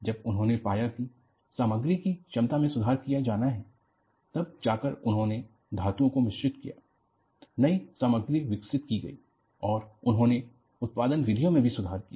जब उन्होंने पाया कि सामग्री की क्षमता में सुधार किया जाना है तब जाकर उन्होंने धातुओं को मिश्रित किया नई सामग्री विकसित की गई और उन्होने उत्पादन विधियों में भी सुधार किया